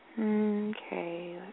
Okay